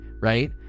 right